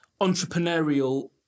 entrepreneurial